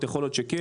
יכול להיות שכן,